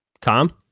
Tom